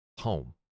home